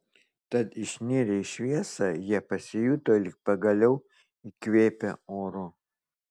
tad išnirę į šviesą jie pasijuto lyg pagaliau įkvėpę oro